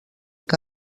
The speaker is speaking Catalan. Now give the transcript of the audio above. que